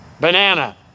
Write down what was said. Banana